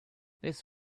this